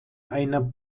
einer